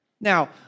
Now